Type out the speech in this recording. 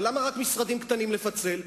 ולמה רק משרדים קטנים לפצל?